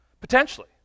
Potentially